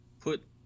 put –